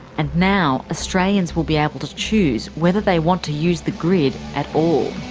and now australians will be able to choose whether they want to use the grid at all.